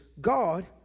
God